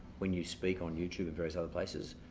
when you speak on youtube and various other places.